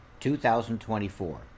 2024